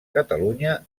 catalunya